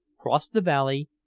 crossed the valley,